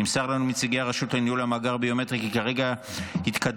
נמסר לנו מנציגי הרשות לניהול המאגר הביומטרי כי כרגע התקדמות